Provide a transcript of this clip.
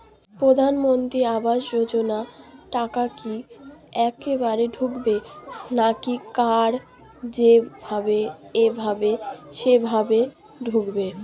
প্রধানমন্ত্রী আবাস যোজনার টাকা কি একবারে ঢুকবে নাকি কার যেভাবে এভাবে সেভাবে ঢুকবে?